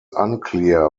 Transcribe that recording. unclear